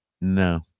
no